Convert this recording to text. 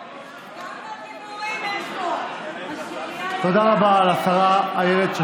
כמה דיבורים יש כאן, כמו חול ואין מה לאכול.